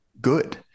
Good